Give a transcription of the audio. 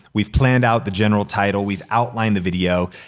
we've planned out the general title. we've outlined the video.